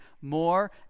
more